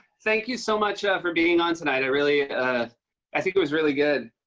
thank you so much for being on tonight. i really i think it was really good.